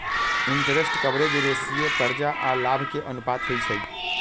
interest coverage ratio करजा आऽ लाभ के अनुपात होइ छइ